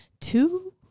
two